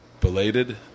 Belated